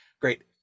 Great